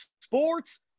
Sports